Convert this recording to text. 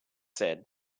said